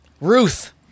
Ruth